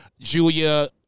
Julia